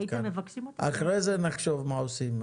אחרי זה נחשוב מה עושים.